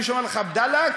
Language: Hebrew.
מי שאומר לך "בדאלכ",